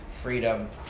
freedom